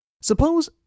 Suppose